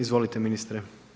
Izvolite ministre.